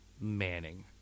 Manning